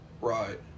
Right